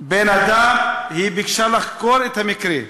היא ביקשה לחקור את המקרה.